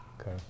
Okay